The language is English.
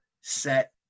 set